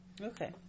Okay